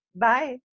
bye